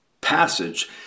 passage